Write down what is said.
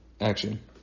action